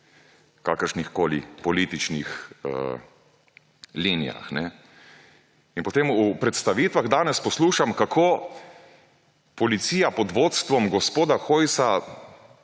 po kakršnihkoli političnih linijah. In potem v predstavitvah danes poslušam, kako policija pod vodstvom gospoda Hojsa